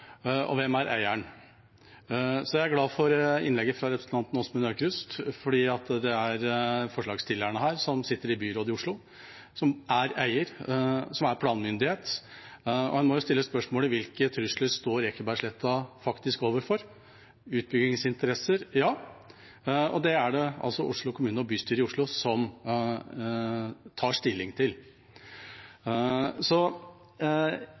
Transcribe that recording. Jeg er glad for innlegget fra representanten Åsmund Aukrust, fordi det er forslagsstillerne her som sitter i byrådet i Oslo, som er eier, som er planmyndighet. En må jo stille spørsmålet: Hvilke trusler står Ekebergsletta faktisk overfor? Utbyggingsinteresser – ja. Det er det Oslo kommune og bystyret i Oslo som tar stilling til.